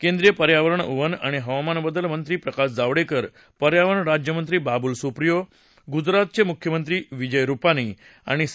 केंद्रीय पर्यावरण वन आणि हवामानबदल मंत्री प्रकाश जावडेकर पर्यावरण राज्यमंत्री बाबूल सुप्रियो गुजरातचे मुख्यमंत्री विजय रुपानी आणि सी